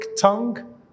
tongue